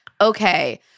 okay